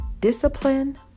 discipline